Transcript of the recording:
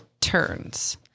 turns